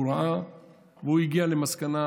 והוא ראה והגיע למסקנה,